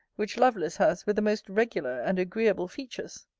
which lovelace has with the most regular and agreeable features.